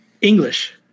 English